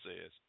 says